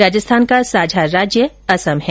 राजस्थान का साझा राज्य असम है